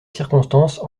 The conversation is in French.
circonstances